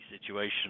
situation